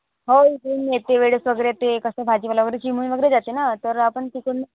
हो इथून येते वेळेस वगैरे ते कसं भाजीवाला वगैरे चिमरून वगैरे जाते ना तर आपण तिथून